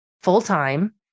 full-time